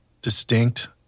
distinct